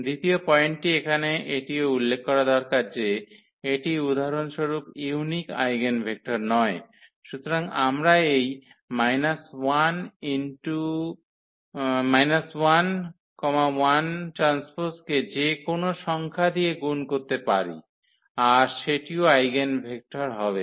দ্বিতীয় পয়েন্টটি এখানে এটিও উল্লেখ করা দরকার যে এটি উদাহরণস্বরূপ ইউনিক আইগেনভেক্টর নয় সুতরাং আমরা এই কে যেকোনো সংখ্যা দিয়ে গুণ করতে পারি আর সেটিও আইগেনভেক্টর হবে